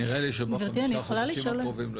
לא